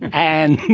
and